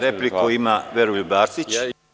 Repliku ima Veroljub Arsić.